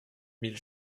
mille